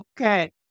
Okay